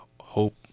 hope